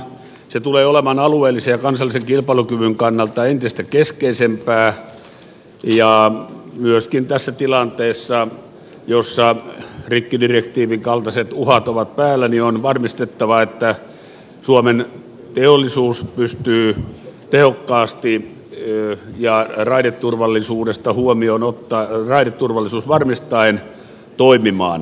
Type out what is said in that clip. se tulee olemaan alueellisen ja kansallisen kilpailukyvyn kannalta entistä keskeisempää ja myöskin tässä tilanteessa jossa rikkidirektiivin kaltaiset uhat ovat päällä on varmistettava että suomen teollisuus pystyy tehokkaasti ja raideturvallisuuden varmistaen toimimaan